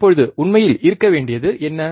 இப்போது உண்மையில் இருக்க வேண்டியது என்ன